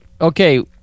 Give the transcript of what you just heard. okay